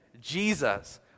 Jesus